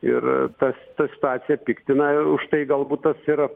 ir tas ta situacija piktina ir už tai galbūt tas ir